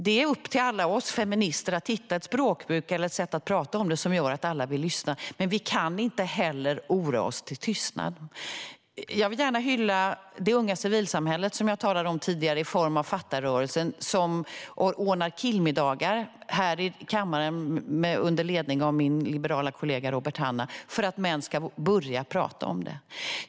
Det är upp till alla oss feminister att hitta ett språkbruk eller ett sätt att prata om detta som gör att alla vill lyssna. Men vi kan inte oroa oss till tystnad. Jag vill gärna hylla det unga civilsamhället i form av Fatta-rörelsen, som ordnar killmiddagar här i kammaren under ledning av min liberala kollega Robert Hannah för att män ska börja prata om det.